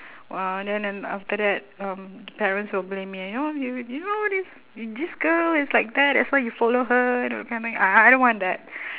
!wah! then and after that um parents will blame me you know you you know this this girl is like that that's why you follow her and do that kind of thing ah I don't want that